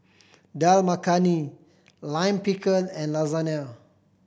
Dal Makhani Lime Pickle and Lasagne